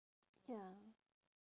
ya